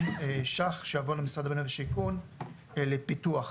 שקלים שיבוא ממשרד הבינוי והשיכון לפיתוח.